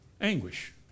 Anguish